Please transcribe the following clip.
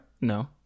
No